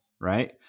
right